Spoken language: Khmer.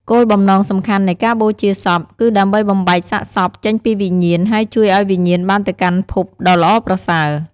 គោលបំណងសំខាន់នៃការបូជាសព គឺដើម្បីបំបែកសាកសពចេញពីវិញ្ញាណ ហើយជួយឱ្យវិញ្ញាណបានទៅកាន់ភពដ៏ល្អប្រសើរ។